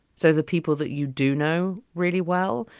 so the people that you do know really well,